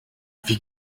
wie